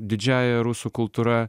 didžiąja rusų kultūra